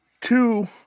two